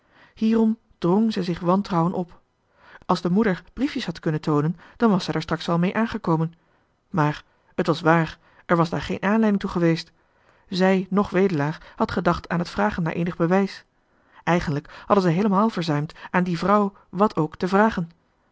hierom drng ze zich wantrouwen op als de moeder briefjes had kunnen toonen dan was zij daar straks wel mee aangekomen maar het was waar er was daar geen aanleiding toe geweest zij noch wedelaar had gedacht aan het vragen naar eenig bewijs eigenlijk hadden zij heelemaal verzuimd aan die vrouw wat ook te vragen